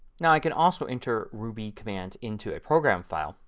now i can also enter ruby commands into a program file.